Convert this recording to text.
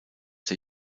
der